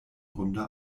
runde